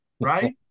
right